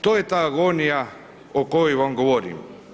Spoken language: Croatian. To je ta agonija o kojoj vam govorim.